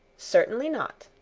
certainly not.